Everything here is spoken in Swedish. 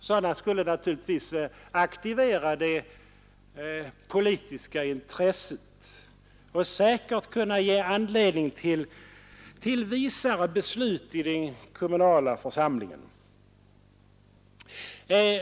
Sådana skulle naturligtvis aktivera det politiska intresset och säkert ge anledning till visare beslut i de kommunala församlingarna.